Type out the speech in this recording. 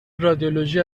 رادیولوژی